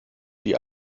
die